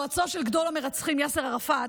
יועצו של גדול המרצחים יאסר ערפאת,